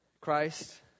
Christ